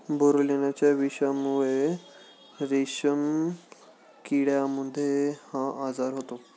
बोरोलिनाच्या विषाणूमुळे रेशीम किड्यांमध्ये हा आजार होतो